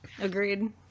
Agreed